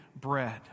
bread